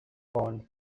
pond